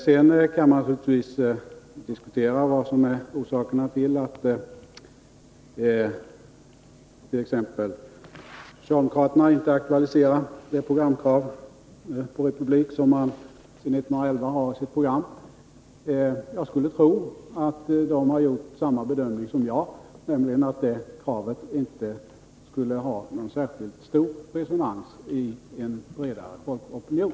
Sedan kan man naturligtvis diskutera vad som är orsaken till att t.ex. socialdemokraterna inte aktualiserar det krav på republik som de sedan 1911 har inskrivet i sitt program. Jag skulle tro att socialdemokraterna gjort samma bedömning som jag, nämligen att det kravet inte skulle ha särskilt stor resonans i en bredare folkopinion.